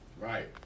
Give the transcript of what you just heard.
Right